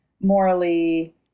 morally